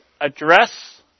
address